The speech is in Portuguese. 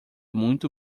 muito